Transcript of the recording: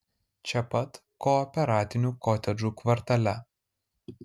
čia pat kooperatinių kotedžų kvartale